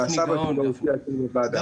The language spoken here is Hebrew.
והסבא של הילד הופיע בוועדה.